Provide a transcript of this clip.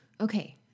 Okay